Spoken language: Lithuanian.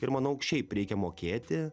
ir manau šiaip reikia mokėti